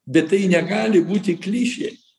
bet tai negali būti klišė